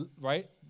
right